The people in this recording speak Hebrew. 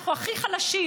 אנחנו הכי חלשים,